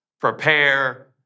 prepare